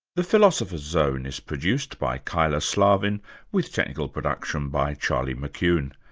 the philosopher's zone is produced by kyla slaven with technical production by charlie mccune.